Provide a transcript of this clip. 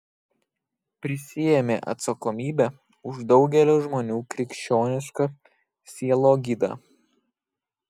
prisiėmė atsakomybę už daugelio žmonių krikščionišką sielogydą